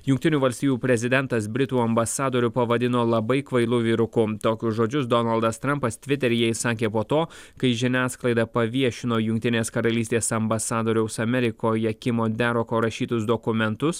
jungtinių valstijų prezidentas britų ambasadorių pavadino labai kvailu vyruku tokius žodžius donaldas trampas tviteryje išsakė po to kai žiniasklaida paviešino jungtinės karalystės ambasadoriaus amerikoje kimo deroko rašytus dokumentus